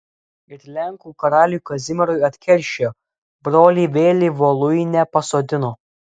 ir lenkų karaliui kazimierui atkeršijo brolį vėl į voluinę pasodino